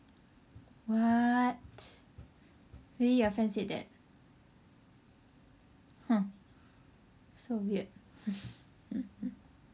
what really your friend said that !huh! so weird